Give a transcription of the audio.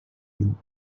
you